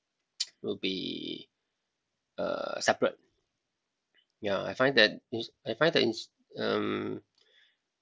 will be uh separate yeah I find that in~ I find that ins~ um